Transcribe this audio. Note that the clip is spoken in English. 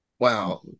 Wow